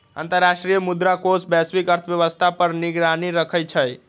अंतर्राष्ट्रीय मुद्रा कोष वैश्विक अर्थव्यवस्था पर निगरानी रखइ छइ